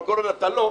אבל כל עוד אתה לא,